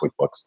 QuickBooks